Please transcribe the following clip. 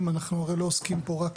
אנחנו הרי לא עוסקים פה רק